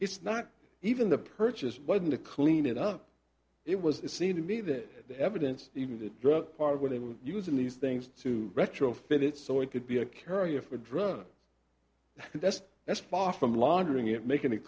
it's not even the purchase wasn't to clean it up it was it seemed to me that the evidence even the drug part of what they were using these things to retrofit it so it could be a carrier for a drunk that's that's far from laundering it making it